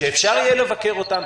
שאפשר יהיה לבקר אותם,